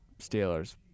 Steelers